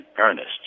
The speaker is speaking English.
earnest